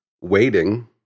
Waiting